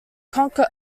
conquer